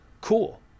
cool